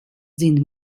sind